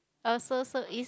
oh so so is